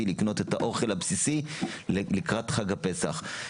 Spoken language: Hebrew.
לקנות את האוכל הבסיסי לקראת חג הפסח.